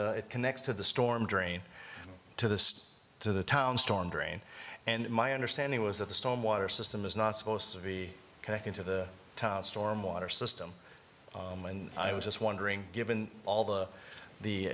it connects to the storm drain to the state to the town storm drain and my understanding was that the storm water system is not supposed to be connected to the top storm water system and i was just wondering given all the the